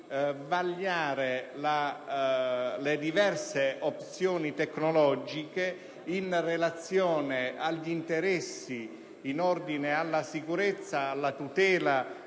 vagliare le diverse opzioni tecnologiche in relazione agli interessi concernenti la sicurezza e la tutela